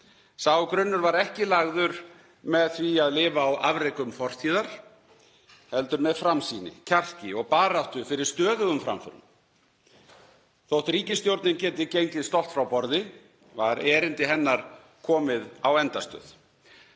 Sá grunnur var ekki lagður með því að lifa á afrekum fortíðar heldur með framsýni, kjarki og baráttu fyrir stöðugum framförum. Þótt ríkisstjórnin geti gengið stolt frá borði var erindi hennar komið á endastöð.